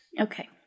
Okay